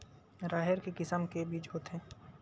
राहेर के किसम के बीज होथे?